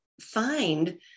find